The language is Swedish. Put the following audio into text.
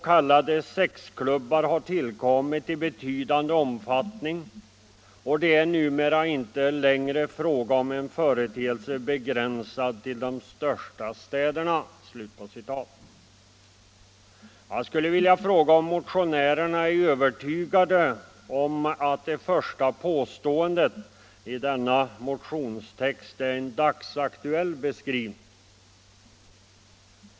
k. sexklubbar har tillkommit i betydande omfattning, och det är numera icke längre fråga om en företeelse begränsad till de största städerna.” Jag skulle vilja fråga om motionärerna är övertygade om att det första påståendet i denna motionstext är en dagsaktuell beskrivning.